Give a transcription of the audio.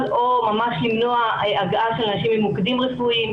או ממש למנוע הגעה של אנשים ממוקדים רפואיים,